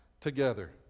together